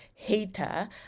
hater